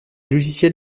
logiciels